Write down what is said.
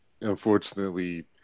unfortunately